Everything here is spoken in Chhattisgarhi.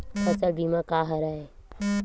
फसल बीमा का हरय?